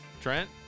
Trent